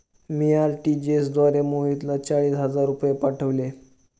मी RTGS द्वारे मोहितला चाळीस हजार रुपये पाठवले